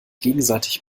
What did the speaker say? gegenseitig